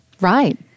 Right